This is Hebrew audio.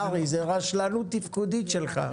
קרעי, זו רשלנות תפקודית שלך.